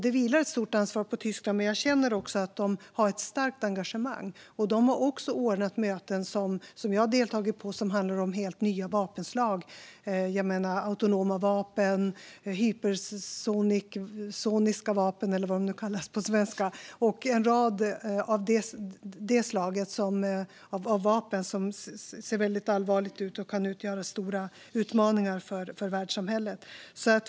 Det vilar ett stort ansvar på Tyskland, men jag känner att de också har ett starkt engagemang. De har också ordnat möten, där jag har deltagit, som har handlat om helt nya vapenslag: autonoma vapen, hypersoniska vapen och en rad vapen av det slaget. Detta ser väldigt allvarligt ut och kan utgöra stora utmaningar för världssamhället.